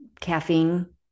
caffeine